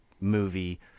movie